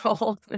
old